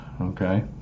okay